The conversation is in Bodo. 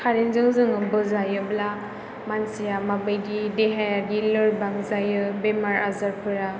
कारेन्त जों जोङो बोजायोब्ला मानसिया माबादि देहायारि लोरबां जायो बेमार आजारफोरा